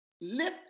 lift